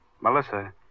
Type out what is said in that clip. Melissa